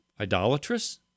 idolatrous